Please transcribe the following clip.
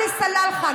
עלי סלאלחה,